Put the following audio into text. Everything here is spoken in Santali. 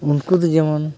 ᱩᱱᱠᱩ ᱫᱚ ᱡᱮᱢᱚᱱ